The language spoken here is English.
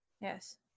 Yes